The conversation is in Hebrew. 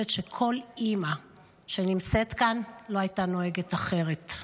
שכל אימא שנמצאת כאן לא הייתה נוהגת אחרת: